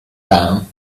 down